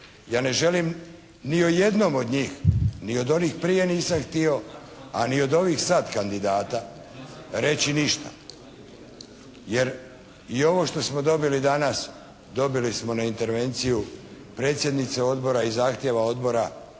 Ja ne želim ni o jednom od njih, ni od onih prije nisam htio, a ni od ovih sada kandidata, reći ništa. Jer i ovo što smo dobili danas, dobili smo na intervenciju predsjednice odbora i zahtjeva odbora